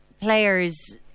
players